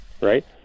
right